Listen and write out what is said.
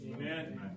Amen